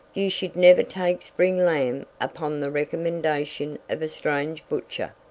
you should never take spring lamb upon the recommendation of a strange butcher.